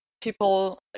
people